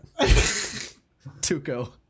Tuco